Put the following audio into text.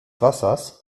wassers